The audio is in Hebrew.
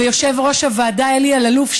ויושב-ראש הוועדה אלי אלאלוף,